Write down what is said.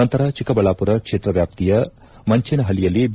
ನಂತರ ಚಿಕ್ಕಬಳ್ಳಾಮರ ಕ್ಷೇತ್ರ ವ್ಡಾಪ್ತಿಯ ಮಂಚೇನಳಿಯಲ್ಲಿ ಬಿ